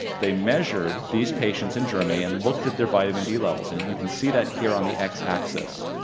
they measured these patients in germany and looked at their vitamin d levels, and you can see that here on the x-axis.